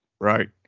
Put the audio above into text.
Right